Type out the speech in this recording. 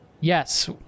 Yes